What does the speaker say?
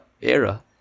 era